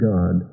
God